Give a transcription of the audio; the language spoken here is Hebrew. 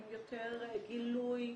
עם יותר גילוי ברור,